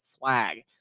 flag